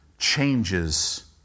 changes